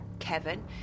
Kevin